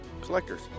collectors